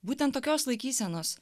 būtent tokios laikysenos